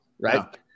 Right